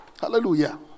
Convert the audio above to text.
Hallelujah